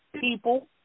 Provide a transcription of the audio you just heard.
people